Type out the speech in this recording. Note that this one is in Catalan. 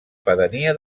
pedania